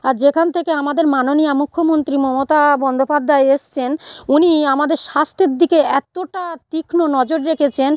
আর যেখান থেকে আমাদের মাননীয়া মুখ্যমন্ত্রী মমতা বন্দ্যোপাধ্যায় এসেছেন উনি আমাদের স্বাস্থ্যের দিকে এতটা তীক্ষ্ণ নজর রেখেছেন